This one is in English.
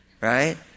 right